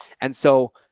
and so.